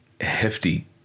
hefty